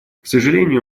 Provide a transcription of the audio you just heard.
сожалению